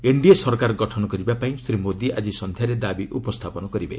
NDA ସରକାର ଗଠନ କରିବା ପାଇଁ ଶ୍ରୀ ମୋଦି ଆକି ସନ୍ଧ୍ୟାରେ ଦାବି ଉପସ୍ଥାପନ କରିବେ